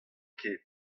ket